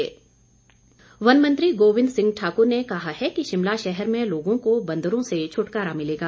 गोबिंद ठाकुर वन मंत्री गोबिंद सिंह ठाकुर ने कहा है कि शिमला शहर में लोगों को बंदरों से छुटकारा मिलेगा